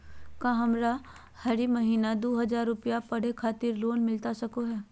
का हमरा हरी महीना दू हज़ार रुपया पढ़े खातिर लोन मिलता सको है?